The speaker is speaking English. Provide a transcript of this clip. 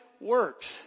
works